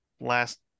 last